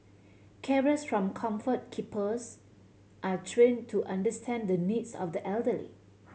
carers from Comfort Keepers are trained to understand the needs of the elderly